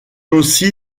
aussi